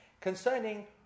concerning